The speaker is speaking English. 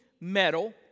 metal